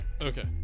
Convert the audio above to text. okay